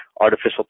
artificial